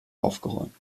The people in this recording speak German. aufgeräumt